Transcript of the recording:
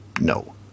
No